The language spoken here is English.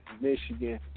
Michigan